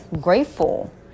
grateful